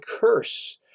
curse